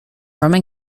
roman